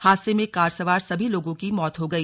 हादसे में कार सवार सभी लोगों की मौत हो गई